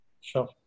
Sure